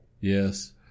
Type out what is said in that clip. Yes